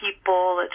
people